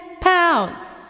pounds